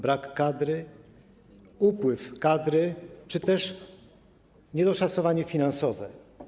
Brak kadry, upływ kadry czy też niedoszacowanie finansowe.